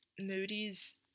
Moody's